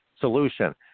solution